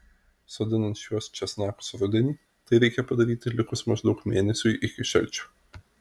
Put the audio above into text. sodinant šiuos česnakus rudenį tai reikia padaryti likus maždaug mėnesiui iki šalčių